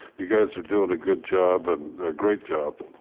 you guys are doing a good job and a great job,